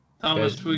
Thomas